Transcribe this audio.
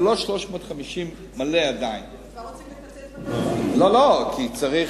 זה עדיין לא 350. אבל כבר רוצים לקצץ בתקציב.